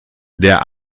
der